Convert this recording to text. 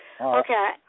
okay